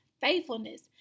faithfulness